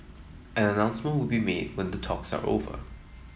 an announcement will be made when the talks are over